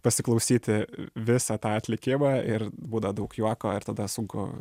pasiklausyti visą tą atlikimą ir būna daug juoko ir tada sunku